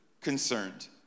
concerned